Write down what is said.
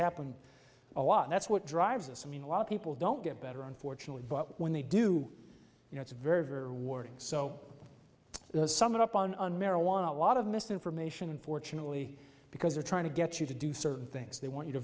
happen a lot that's what drives us i mean a lot of people don't get better unfortunately but when they do you know it's very very rewarding so there's someone up on marijuana a lot of misinformation unfortunately because they're trying to get you to do certain things they want you to